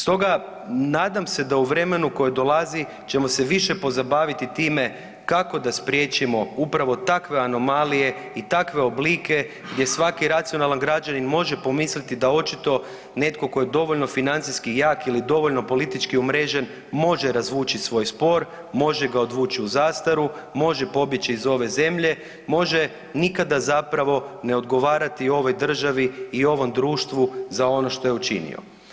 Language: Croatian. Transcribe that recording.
Stoga nadam se da u vremenu koje dolazi ćemo se više pozabaviti time kako da spriječimo upravo takve anomalije i takve oblike gdje svaki racionalan građanin može pomisliti da očito netko tko je dovoljno financijski jak ili dovoljno politički umrežen može razvući svoj spor, može ga odvući u zastaru, može pobjeći iz ove zemlje, može nikada zapravo ne odgovarati ovoj državi i ovom društvu za ono što je učinio.